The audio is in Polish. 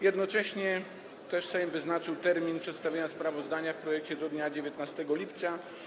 Jednocześnie też Sejm wyznaczył termin przedstawienia sprawozdania o projekcie do dnia 19 lipca.